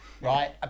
right